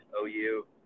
OU